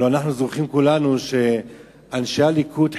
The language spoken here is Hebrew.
הלוא אנחנו זוכרים כולנו שאנשי הליכוד,